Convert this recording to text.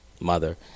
mother